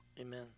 amen